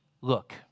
Look